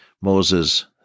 Moses